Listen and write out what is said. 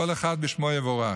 כל אחד בשמו יבורך.